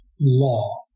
law